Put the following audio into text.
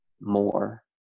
more